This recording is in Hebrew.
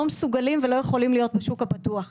מסוגלים ולא יכולים להיות בשוק הפתוח.